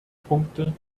punkte